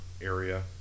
area